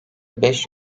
beş